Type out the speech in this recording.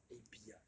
a B ah